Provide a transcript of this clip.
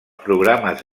programes